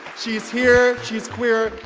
she's here, she's queer,